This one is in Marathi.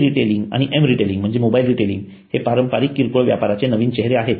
ई रिटेलिंग आणि एम रिटेलिंग म्हणजे मोबाईल रिटेलिंग हे पारंपारिक किरकोळ व्यापाराचे नवीन चेहरे आहेत